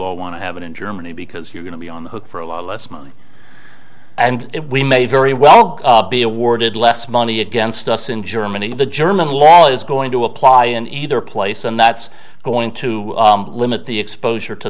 all want to have it in germany because you're going to be on the hook for a lot less money and it we may very well be awarded less money against us in germany the german law is going to apply in either place and that's going to limit the exposure to